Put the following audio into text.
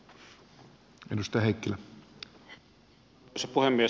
arvoisa puhemies